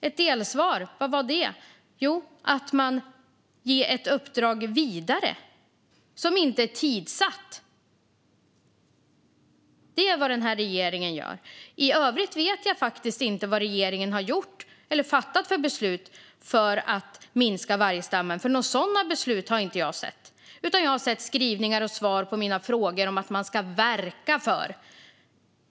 Ett delsvar kom nu i mars om att man ger ett uppdrag vidare som inte är tidssatt. Det är vad denna regering gör. I övrigt vet jag faktiskt inte vad regeringen har gjort eller fattat för beslut för att minska vargstammen. Några sådana beslut har jag inte sett. Jag har sett skrivningar och svar på mina frågor om att man ska verka för detta.